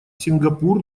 сингапур